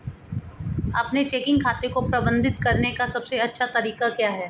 अपने चेकिंग खाते को प्रबंधित करने का सबसे अच्छा तरीका क्या है?